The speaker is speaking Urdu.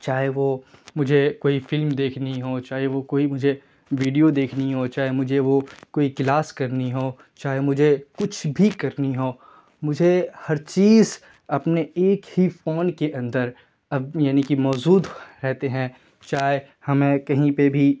چاہے وہ مجھے کوئی فلم دیکھنی ہو چاہے وہ کوئی مجھے ویڈیو دیکھنی ہو چاہے مجھے وہ کوئی کلاس کرنی ہو چاہے مجھے کچھ بھی کرنی ہو مجھے ہر چیز اپنے ایک ہی فون کے اندر اب یعنی کہ موجود رہتے ہیں چاہے ہمیں کہیں پہ بھی